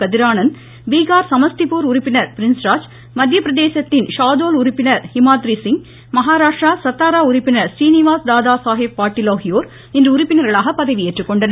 கதிரானந்த் பீகார் சமஸ்தியூர் உறுப்பினர் பிரின்ஸ் ராஜ் மத்தியபிரதேசத்தின் ஷாதோல் உறுப்பினர் ஹிமாத்ரிசிங் மகாராஷ்ட்ரா சத்தாரா உறுப்பினர் றீனிவாஸ் தாதா சாஹேப் பாட்டில் ஆகியோர் இன்று உறுப்பினர்களாக பதவியேற்றனர்